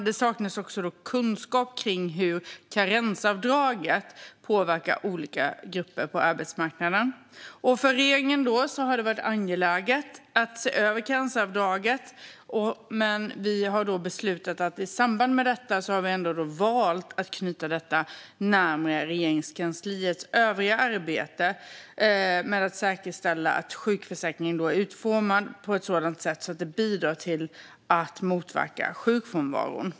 Det saknas också kunskap om hur karensavdraget påverkar olika grupper på arbetsmarknaden. För regeringen har det varit angeläget att se över karensavdraget. Men i samband med detta har vi valt att knyta det närmare Regeringskansliets övriga arbete med att säkerställa att sjukförsäkringen är utformad på ett sådant sätt att den bidrar till att motverka sjukfrånvaron.